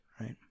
right